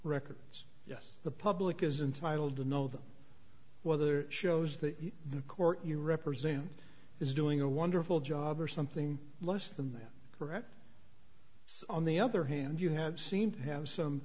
records yes the public is intitled to know them whether shows that the court you represent is doing a wonderful job or something less than that correct on the other hand you have seemed to have some